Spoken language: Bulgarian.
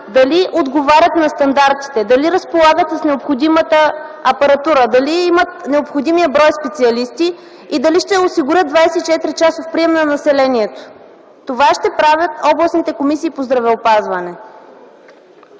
дали отговарят на стандартите, дали разполагат с необходимата апаратура, дали имат необходимия брой специалисти и дали ще осигурят 24-часов прием на населението. Това ще правят областните комисии по здравеопазване.